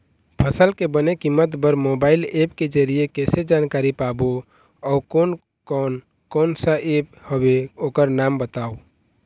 फसल के बने कीमत बर मोबाइल ऐप के जरिए कैसे जानकारी पाबो अउ कोन कौन कोन सा ऐप हवे ओकर नाम बताव?